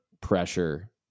pressure